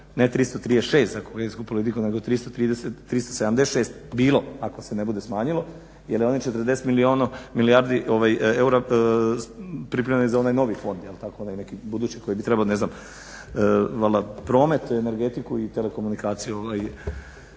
ne 336 za kohezijsku politiku, nego 330, 376 bilo ako se ne bude smanjilo jer je onih 40 milijardi eura pripremljeno za onaj novi fond, jer tako onaj neki budući koji bi trebao, ne znam promet, energetiku i telekomunikacije,